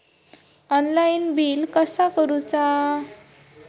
Online bill कसा करुचा?